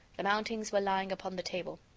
the mountings were lying upon the table.